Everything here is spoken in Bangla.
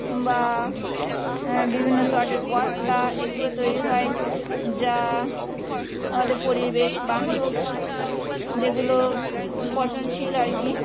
বা বিভিন্ন চটের বস্তা এগুলো তৈরি হয় যা আমাদের পরিবেশবান্ধব যেগুলো পচনশীল আর কি